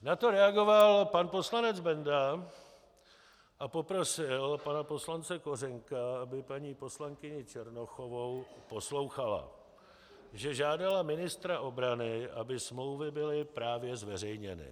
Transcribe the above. Na to reagoval pan poslanec Benda a poprosil pana poslance Kořenka, aby paní poslankyni Černochovou poslouchal, že žádala ministra obrany, aby smlouvy byly právě zveřejněny.